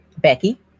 Becky